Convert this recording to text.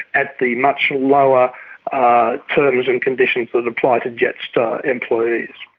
at the much lower ah terms and conditions that apply to jetstar employees.